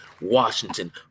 Washington